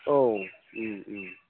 औ